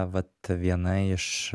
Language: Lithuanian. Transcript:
vat viena iš